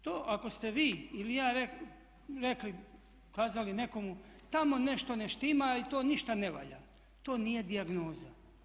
To ako ste vi ili ja rekli, kazali nekomu tamo nešto ne štima i to ništa ne valja to nije dijagnoza.